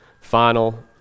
final